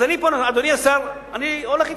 אז אני פה, אדוני השר, אני פה הולך אתך.